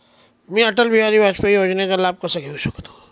मी अटल बिहारी वाजपेयी योजनेचा लाभ कसा घेऊ शकते?